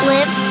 Live